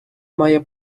має